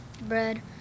bread